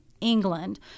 England –